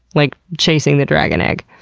like, chasing the dragon egg.